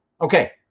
Okay